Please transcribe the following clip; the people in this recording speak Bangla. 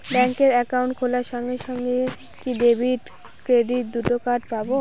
ব্যাংক অ্যাকাউন্ট খোলার সঙ্গে সঙ্গে কি ডেবিট ক্রেডিট দুটো কার্ড পাবো?